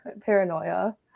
paranoia